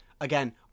Again